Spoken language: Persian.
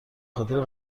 خاطر